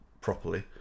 properly